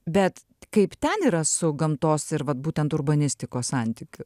bet kaip ten yra su gamtos ir vat būtent urbanistikos santykiu